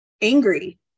angry